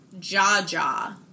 Jaja